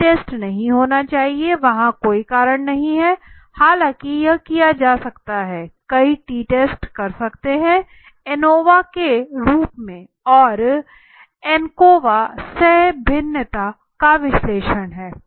T test नहीं होना चाहिए वहाँ कोई कारण नहीं है हालांकि यह किया जा सकता है कई टी टेस्ट कर सकते हैं एनोवा के रूप में और एंकोवा सह भिन्नता का विश्लेषण है